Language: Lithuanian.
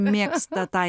mėgsta tą